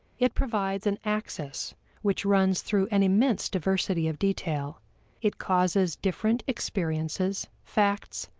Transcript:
it provides an axis which runs through an immense diversity of detail it causes different experiences, facts,